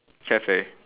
cafe